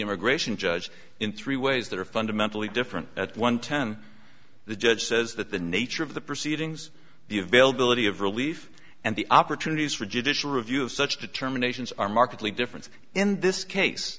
immigration judge in three ways that are fundamentally different one ten the judge says that the nature of the proceedings the availability of relief and the opportunities for judicial review of such determinations are markedly different in this case